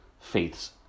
faiths